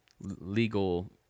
legal